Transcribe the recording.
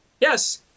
Yes